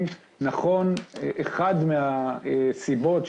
מוביל אותו מינהל התכנון הוא חלק מהדאגה של המדינה,